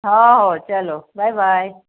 हो हो चलो बाय बाय